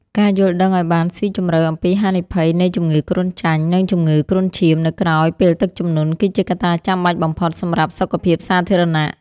ការយល់ដឹងឱ្យបានស៊ីជម្រៅអំពីហានិភ័យនៃជំងឺគ្រុនចាញ់ និងជំងឺគ្រុនឈាមនៅក្រោយពេលទឹកជំនន់ គឺជាកត្តាចាំបាច់បំផុតសម្រាប់សុខភាពសាធារណៈ។